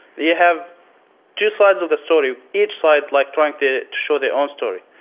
yeah have two sides of the story, each side like trying to show their own story.